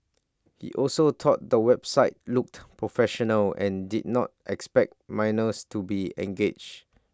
he also thought the website looked professional and did not expect minors to be engaged